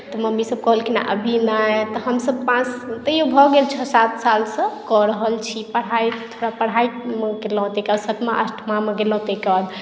तऽ मम्मीसभ कहलखिन अभी नहि तऽ हमसभ पाँच साल तैयो भऽ गेल छओ सात सालसँ कऽ रहल छी पढ़ाइ पढ़ाइ केलहुँ तकर बाद सतमा आठमामे गेलहुँ तकर बाद